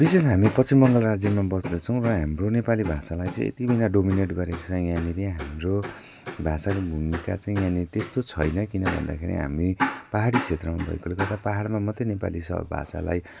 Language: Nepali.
विशेष हामी पश्चिम बङ्गाल राज्यमा बस्दछौँ र हाम्रो नेपाली भाषालाई चाहिँ यतिबिना डोमिनेट गरेको छ यहाँनेरि हाम्रो भाषाको भूमिका चाहिँ यहाँनेरि त्यस्तो छैन किन भन्दाखेरि हामी पाहाडी क्षेत्रमा भएकोले गर्दा पाहाडमा मात्रै नेपाली स भाषालाई